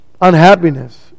unhappiness